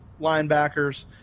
linebackers